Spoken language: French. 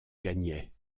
gagnait